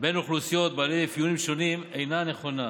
בין אוכלוסיות בעלי אפיונים שונים אינה נכונה.